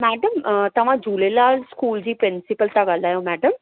madam तव्हां Jhulelal school जी principal था ॻाल्हायो मैडम